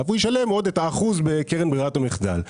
והוא ישלם עוד את האחוז בקרן ברירת המחדל.